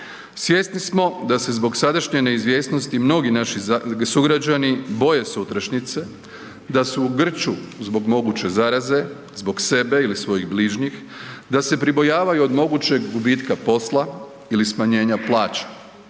Svjesni smo da se zbog sadašnje neizvjesnosti mnogi naši sugrađani boje sutrašnjice, da su u grču zbog moguće zaraze zbog sebe ili svojih bližnjih, da se pribojavaju od mogućeg gubitka posla ili smanjenja plaća,